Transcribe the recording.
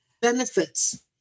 benefits